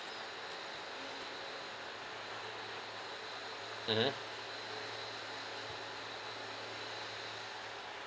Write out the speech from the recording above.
mmhmm